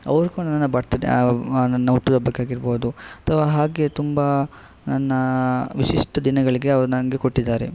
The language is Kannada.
ಅವರು ಕೂ ನನ್ನ ಬರ್ತ್ ಡೇ ಅ ನಾ ನನ್ನ ಹುಟ್ಟಿದಬ್ಬಕ್ಕಾಗಿರಬೋದು ಅಥವಾ ಹಾಗೇ ತುಂಬ ನನ್ನ ವಿಶಿಷ್ಟ ದಿನಗಳಿಗೆ ಅವರು ನಂಗೆ ಕೊಟ್ಟಿದ್ದಾರೆ